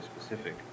specific